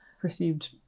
perceived